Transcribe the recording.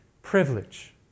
Privilege